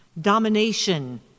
Domination